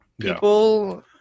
people